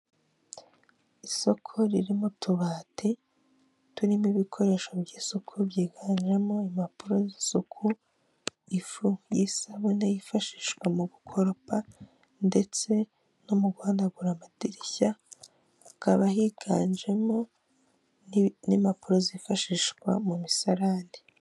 Icyapa kinini cyane kigaragaza ubwiza bwa Legasi hoteli kirangira abifuza serivisi zayo, imbere yacyo hari imikindo itatu umwe ukaba usa naho wihishe hagaragara amababi yawo, indi ibiri umwe urakuze undi uracyari muto.